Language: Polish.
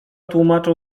tłumaczą